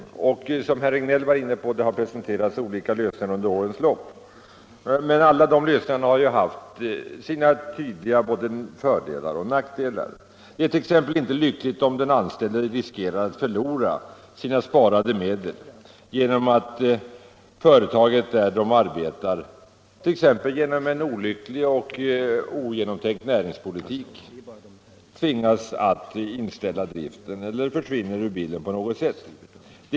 Som herr Regnéll var inne på har det presenterats olika lösningar under årens lopp, men alla har haft tydliga både fördelar och nackdelar. Det är t.ex. inte lyckligt om den anställde riskerar att förlora sina sparade medel genom att företaget, t.ex. genom en olycklig och ogenomtänkt näringspolitik, tvingas att inställa driften eller försvinner ur bilden på något annat sätt.